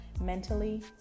mentally